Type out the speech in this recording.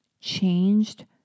changed